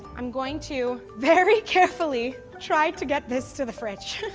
i'm going to very carefully try to get this to the fridge.